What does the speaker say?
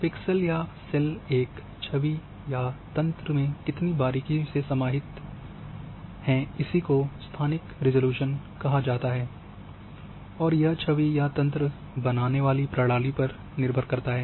pixel या cell एक छवि या तंत्र में कितनी बारीकी से समाधित हैं इसी को स्थानिक रिज़ॉल्यूशन कहा जाता है और यह छवि या तंत्र बनाने वाली प्रणाली पर निर्भर करता है